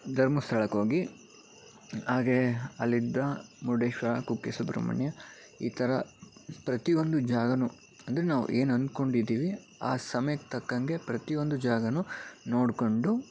ಧರ್ಮಸ್ಥಳಕ್ಕೋಗಿ ಹಾಗೆ ಅಲ್ಲಿದ್ದ ಮುರುಡೇಶ್ವರ ಕುಕ್ಕೆ ಸುಬ್ರಹ್ಮಣ್ಯ ಈ ಥರ ಪ್ರತಿ ಒಂದು ಜಾಗನೂ ಅಂದರೆ ನಾವು ಏನು ಅಂದ್ಕೊಂಡಿದ್ದೀವಿ ಆ ಸಮಯಕ್ಕೆ ತಕ್ಕಂತೆ ಪ್ರತಿ ಒಂದು ಜಾಗವೂ ನೋಡಿಕೊಂಡು